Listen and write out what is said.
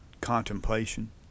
contemplation